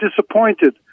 disappointed